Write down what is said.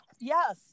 yes